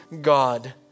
God